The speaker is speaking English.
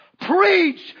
preach